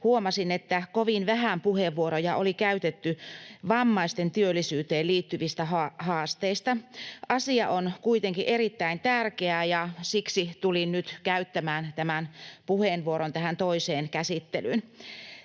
huomasin, että kovin vähän puheenvuoroja oli käytetty vammaisten työllisyyteen liittyvistä haasteista. Asia on kuitenkin erittäin tärkeä, ja siksi tulin nyt käyttämään tämän puheenvuoron tähän toiseen käsittelyyn.